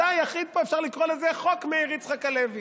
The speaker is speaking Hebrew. אפשר לקרוא לזה חוק מאיר יצחק הלוי.